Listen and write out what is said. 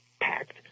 packed